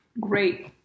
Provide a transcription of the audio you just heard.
Great